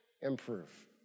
improve